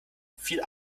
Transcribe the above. viel